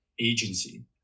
agency